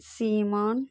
Seeman